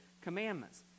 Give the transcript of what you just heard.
commandments